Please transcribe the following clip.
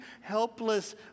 helpless